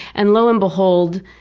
and lo and behold,